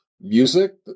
music